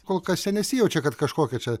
kol kas jie nesijaučia kad kažkokia čia